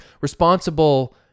responsible